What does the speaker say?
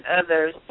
others